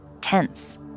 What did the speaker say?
tense